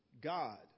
God